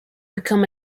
become